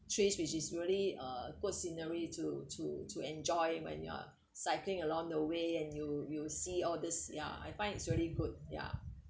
trees which is really uh good scenery to to to enjoy when you are cycling along the way and you you see all this ya I find it's really good ya